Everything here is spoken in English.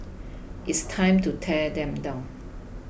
it's time to tear them down